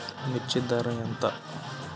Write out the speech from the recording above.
మిర్చి ధర ఎంత?